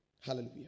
Hallelujah